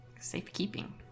Safekeeping